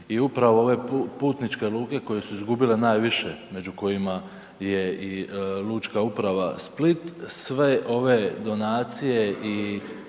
U upravo ove putničke luke koje su izgubile najviše, među kojima je i Lučka uprava Split, sve ove donacije i